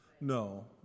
no